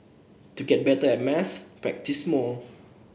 to get better at maths practise more